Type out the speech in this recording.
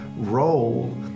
role